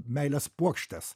meilės puokštes